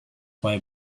why